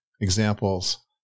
examples